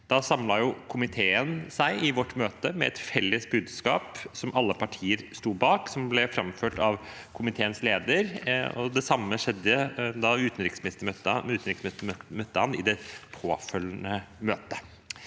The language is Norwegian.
samlet komiteen seg om et felles budskap som alle partier sto bak – framført av komiteens leder. Det samme skjedde da utenriksministeren møtte ham i det påfølgende møtet.